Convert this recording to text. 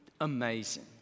amazing